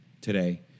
today